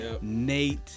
Nate